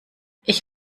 ich